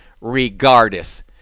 regardeth